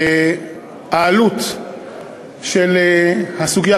העלות של הסוגיה,